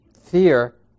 fear